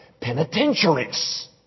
penitentiaries